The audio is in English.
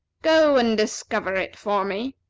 go and discover it for me.